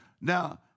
Now